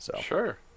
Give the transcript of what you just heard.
Sure